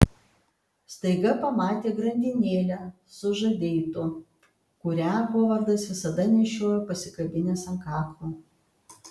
staiga pamatė grandinėlę su žadeitu kurią hovardas visada nešiojo pasikabinęs ant kaklo